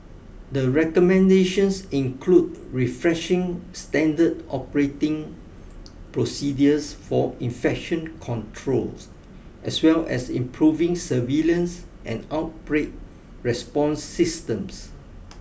the recommendations include refreshing standard operating procedures for infection control as well as improving surveillance and outbreak response systems